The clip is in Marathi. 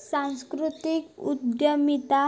सांस्कृतिक उद्यमिता